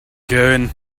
going